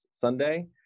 Sunday